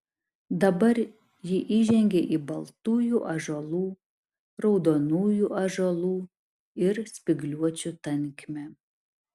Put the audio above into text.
dabar ji įžengė į baltųjų ąžuolų raudonųjų ąžuolų ir spygliuočių tankmę